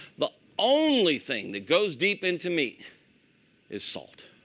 the only thing, that goes deep into meat is salt.